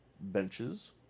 benches